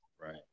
Right